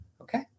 Okay